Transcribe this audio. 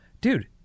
dude